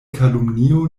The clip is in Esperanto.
kalumnio